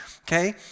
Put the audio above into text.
okay